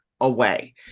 away